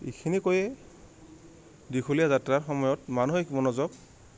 এইখিনি কৈয়ে দীঘলীয়া যাত্ৰাৰ সময়ত মানসিক মনোযোগ